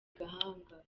gahanga